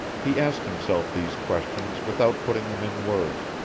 he asked himself these questions without putting them in words,